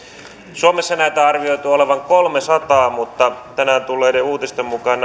suomessa heitä on arvioitu olevan kolmesataa mutta tänään tulleiden uutisten mukaan